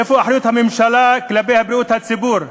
איפה אחריות הממשלה כלפי בריאות הציבור?